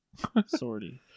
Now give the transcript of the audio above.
Sorty